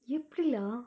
எப்டி:epdi lah